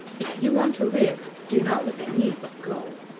if you want to live, do not look at me, but go!